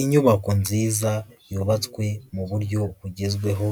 Inyubako nziza yubatswe mu buryo bugezweho